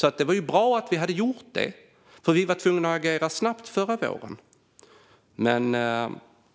Det var ju bra, eftersom vi var tvungna att agera snabbt förra våren. Men